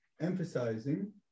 emphasizing